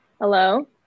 Hello